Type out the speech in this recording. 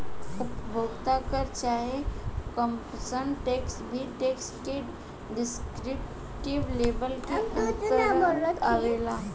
उपभोग कर चाहे कंजप्शन टैक्स भी टैक्स के डिस्क्रिप्टिव लेबल के अंतरगत आवेला